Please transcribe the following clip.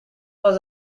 was